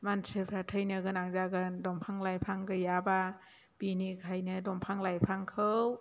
मानसिफ्रा थैनो गोनां जागोन दंफां लाइफां गैयाब्ला बिनिखायनो दंफां लाइफांखौ